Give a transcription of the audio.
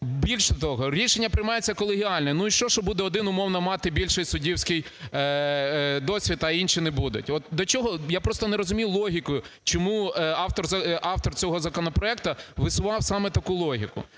Більше того, рішення приймаються колегіально. Ну і що, що буде один, умовно, мати більший суддівський досвід, а інший не буде. От до чого… Я просто не розумію логіку, чому автор цього законопроекту висував саме таку логіку.